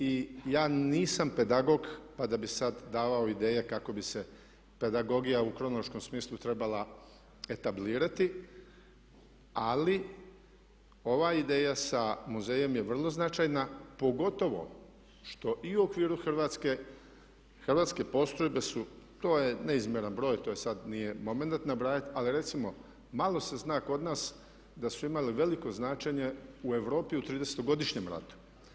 I ja nisam pedagog pa da bih sada davao ideje kako bi se pedagogija u kronološkom smislu trebala etablirati ali ova ideja sa muzejom je vrlo značajna pogotovo što i u okviru Hrvatske, hrvatske postrojbe su, to je neizmjeran broj, to sada nije momenat nabrajati, ali recimo malo se zna kod nas da su imali veliko značenje u Europi u 30.-to godišnjem ratu.